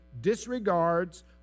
disregards